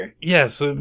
yes